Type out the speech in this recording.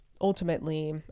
Ultimately